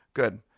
Good